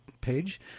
page